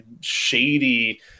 shady